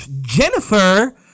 Jennifer